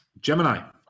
Gemini